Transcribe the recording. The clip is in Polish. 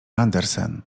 andersen